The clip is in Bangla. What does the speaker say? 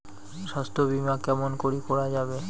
স্বাস্থ্য বিমা কেমন করি করা যাবে?